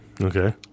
Okay